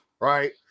right